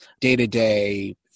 day-to-day